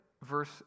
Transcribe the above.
verse